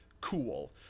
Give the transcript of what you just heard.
cool